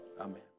amen